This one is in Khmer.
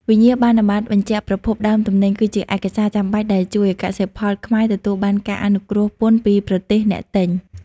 វិញ្ញាបនបត្របញ្ជាក់ប្រភពដើមទំនិញ គឺជាឯកសារចាំបាច់ដែលជួយឱ្យកសិផលខ្មែរទទួលបានការអនុគ្រោះពន្ធពីប្រទេសអ្នកទិញ។